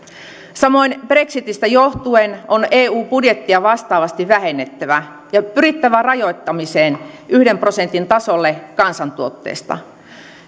samoin brexitistä johtuen on eu budjettia vastaavasti vähennettävä ja pyrittävä rajoittamiseen yhden prosentin tasolle kansantuotteesta